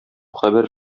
хәбәр